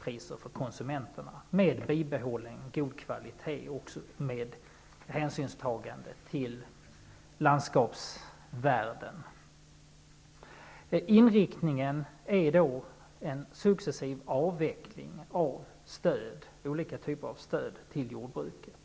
priser för konsumenterna med bibehållen god kvalitet och med hänsynstagande till landskapsvärden. Inriktningen utgör en successiv avveckling av olika typer av stöd till jordbruket.